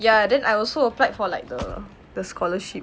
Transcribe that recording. ya then I also applied for like the the scholarship